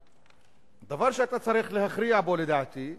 הדבר שאתה צריך להכריע בו, לדעתי,